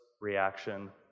reaction